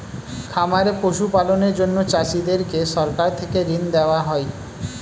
খামারে পশু পালনের জন্য চাষীদেরকে সরকার থেকে ঋণ দেওয়া হয়